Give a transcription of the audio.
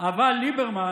אבל ליברמן